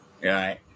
Right